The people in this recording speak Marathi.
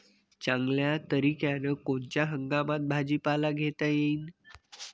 चांगल्या तरीक्यानं कोनच्या हंगामात भाजीपाला घेता येईन?